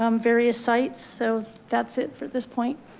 um various sites. so that's it for this point,